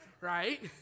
right